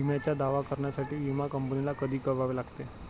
विम्याचा दावा करण्यासाठी विमा कंपनीला कधी कळवावे लागते?